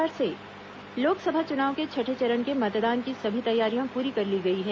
loss चुनाव छठवां चरण लोकसभा चुनाव के छठे चरण के मतदान की सभी तैयारियां पूरी कर ली गई हैं